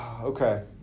Okay